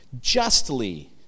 justly